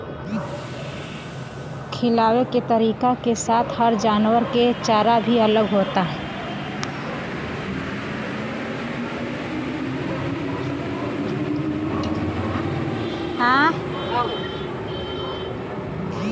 खिआवे के तरीका के साथे हर जानवरन के चारा भी अलग होला